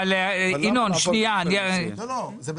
אבל מה התשובה